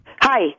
hi